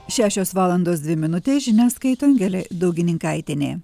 šešios valandos dvi minutės žinias skaito angelė daugininkaitienė